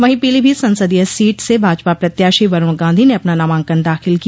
वहीं पीलीभीत संसदीय सीट से भाजपा प्रत्याशी वरूण गांधी ने अपना नामांकन दाखिल किया